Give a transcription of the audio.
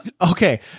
okay